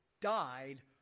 died